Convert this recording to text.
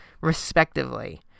respectively